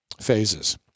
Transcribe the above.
phases